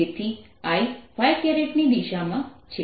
તેથી I ની દિશામાં છે